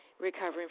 recovering